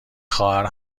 خواهر